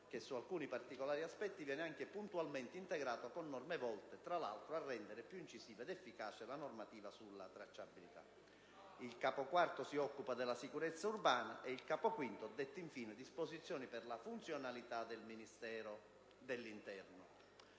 che, su alcuni particolari aspetti, viene anche puntualmente integrato con norme volte, tra l'altro, a rendere più incisiva ed efficace la normativa sulla tracciabilità. Il Capo IV si occupa della sicurezza urbana. Il Capo V detta, infine, disposizioni per la funzionalità del Ministero dell'interno.